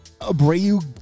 Abreu